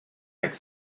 like